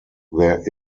there